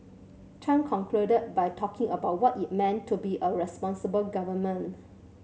chan concluded by talking about what it meant to be a responsible government